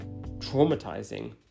traumatizing